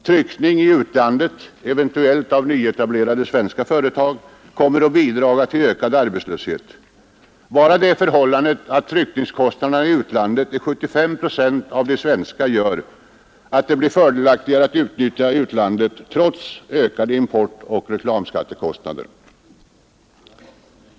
Tryckning i utlandet — eventuellt av nyetablerade svenska företag — kommer att bidra till ökad arbetslöshet. Bara det förhållandet att tryckningskostnaderna i utlandet är 75 procent av de svenska gör att det blir fördelaktigare att utnyttja utlandet, trots ökade importoch reklamskattekostnader.